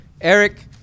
Eric